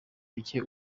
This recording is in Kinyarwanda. bike